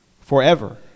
forever